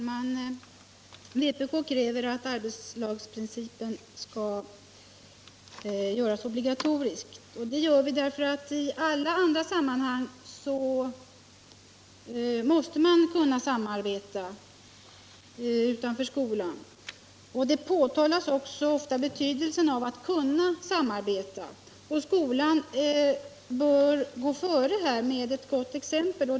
Herr talman! Vpk kräver att arbetslagsprincipen skall göras obligatorisk. Det gör vi därför att i alla andra sammanhang utanför skolan måste man kunna samarbeta. Ofta påtalas också betydelsen av att kunna samarbeta, och skolan bör gå före med gott exempel.